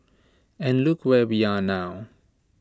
and look where we are now